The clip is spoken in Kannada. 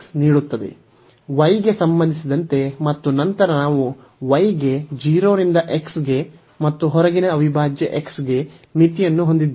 ನೀಡುತ್ತದೆ y ಗೆ ಸಂಬಂಧಿಸಿದಂತೆ ಮತ್ತು ನಂತರ ನಾವು y ಗೆ 0 ರಿಂದ x ಗೆ ಮತ್ತು ಹೊರಗಿನ ಅವಿಭಾಜ್ಯ x ಗೆ ಮಿತಿಯನ್ನು ಹೊಂದಿದ್ದೇವೆ